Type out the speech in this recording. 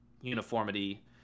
uniformity